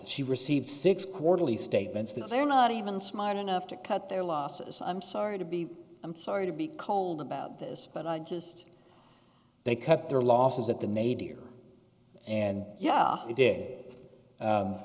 she received six quarterly statements that they're not even smart enough to cut their losses i'm sorry to be i'm sorry to be cold about this but i just they cut their losses at the nadir and yeah it d